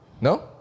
No